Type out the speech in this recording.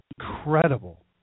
incredible